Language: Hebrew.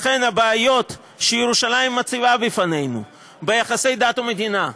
הבעיות שירושלים מציבה בפנינו, ביחסי דת ומדינה,